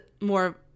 more